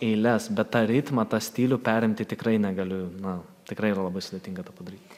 eiles bet tą ritmą tą stilių perimti tikrai negaliu na tikrai yra labai sudėtinga tą padaryti